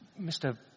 Mr